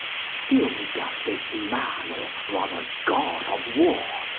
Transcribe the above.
still doth this man, or rather god of war,